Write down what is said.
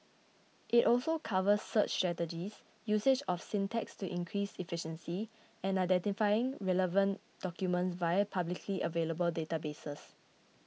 it also covers search strategies usage of syntax to increase efficiency and identifying relevant documents via publicly available databases